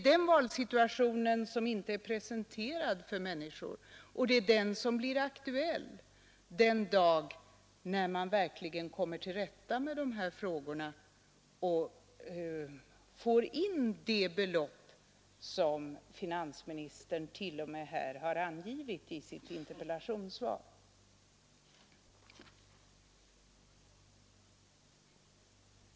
Den valsituationen är inte presenterad för människorna, men det är den som blir aktuell den dag när man verkligen kommer till rätta med de här frågorna och får in de belopp som finansministern t.o.m. har angivit i sitt interpellationssvar.